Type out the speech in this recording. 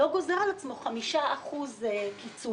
לא גוזר על עצמו 5% קיצוץ,